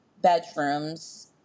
bedrooms